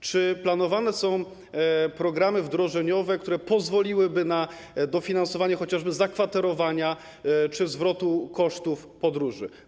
Czy planowane są programy wdrożeniowe, które pozwoliłyby na dofinansowanie chociażby zakwaterowania czy zwrot kosztów podróży dla tych osób?